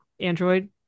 Android